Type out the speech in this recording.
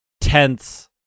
tense